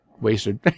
wasted